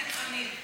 קיצונית.